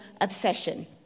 obsession